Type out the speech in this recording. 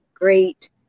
great